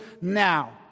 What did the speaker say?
now